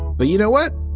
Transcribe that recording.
but you know what?